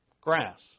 Grass